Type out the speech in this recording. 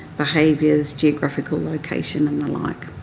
behaviours, geographical location and the like.